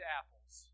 apples